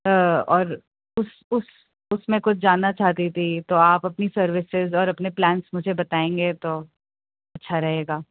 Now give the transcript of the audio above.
اور اس اس اس میں کچھ جاننا چاہتی تھی تو آپ اپنی سروسز اور اپنے پلانس مجھے بتائیں گے تو اچھا رہے گا